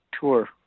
tour